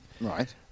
right